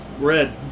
Red